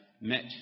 met